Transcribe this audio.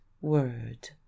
word